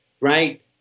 right